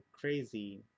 crazy